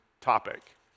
topic